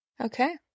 okay